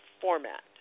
format